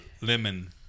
lemon